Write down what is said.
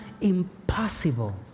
impossible